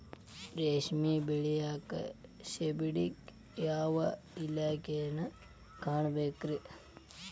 ರೇಷ್ಮಿ ಬೆಳಿಯಾಕ ಸಬ್ಸಿಡಿಗೆ ಯಾವ ಇಲಾಖೆನ ಕಾಣಬೇಕ್ರೇ?